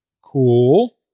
Cool